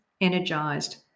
energized